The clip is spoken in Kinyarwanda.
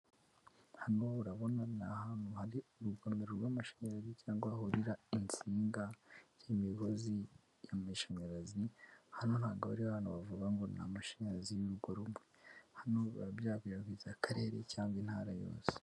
Ahantu urabona ni ahantu hari urugomero rw'amashanyarazi cyangwa hahurira insinga z'imigozi y'amashanyarazi, hano ntabwo aba ari ha hantu bavuga ngo ni amashanyarazi y'urugo rumwe, hano biba byakwirakwiza akarere cyangwa intara yose.